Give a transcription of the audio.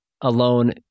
alone